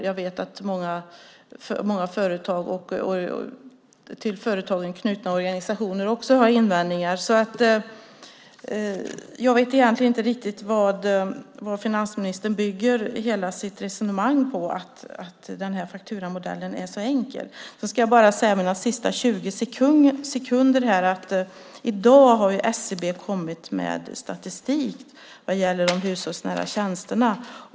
Jag vet att många företag och till företagen knutna organisationer också har invändningar. Jag vet egentligen inte riktigt vad finansministern bygger hela sitt resonemang om att den här fakturamodellen är så enkel på. Jag ska använda mina sista 20 sekunder åt att säga att i dag har SCB kommit med statistik om de hushållsnära tjänsterna.